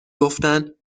گفتن